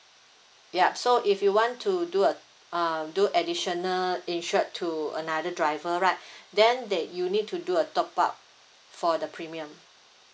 ya so if you want to do uh uh do additional insured to another driver right then that you need to do a top up for the premium